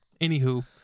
anywho